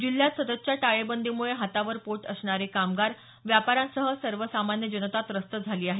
जिल्ह्यात सततच्या टाळेबंदीमुळे हातावर पोट असणारे कामगार व्यापाऱ्यांसह सर्वसामान्य जनता त्रस्त झालेली आहे